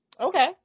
Okay